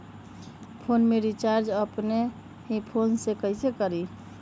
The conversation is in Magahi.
फ़ोन में रिचार्ज अपने ही फ़ोन से कईसे करी?